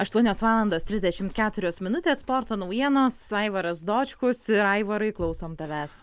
aštuonios valandos trisdešimt keturios minutės sporto naujienos aivaras dočkus ir aivarai klausom tavęs